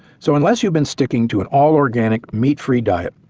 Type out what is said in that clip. so unless you've been sticking to an all organic meat free diet,